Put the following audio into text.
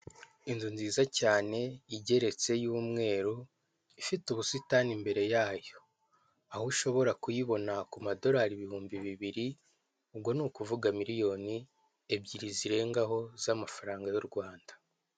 Inzu nziza cyane igeretse y'umweru, ifite ubusitani imbere yayo. Aho ushobora kuyibona ku madolari ibihumbi bibiri, ubwo ni ukuvuga miliyoni ebyiri zirengaho z'amafaranga y'u Rwanda.